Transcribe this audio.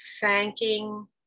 thanking